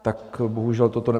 Tak bohužel toto...